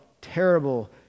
terrible